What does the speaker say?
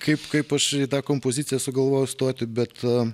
kaip kaip aš į tą kompoziciją sugalvojau stoti bet